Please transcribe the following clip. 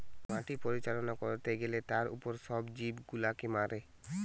মাটি পরিচালনা করতে গ্যালে তার উপর সব জীব গুলাকে মারে